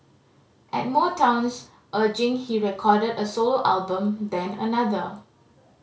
at Motown's urging he recorded a solo album then another